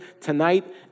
tonight